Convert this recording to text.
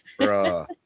Bruh